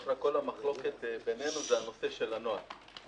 כל המחלוקת בינינו זה הנושא של הנוהל.